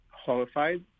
horrified